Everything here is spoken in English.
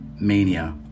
Mania